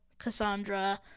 Cassandra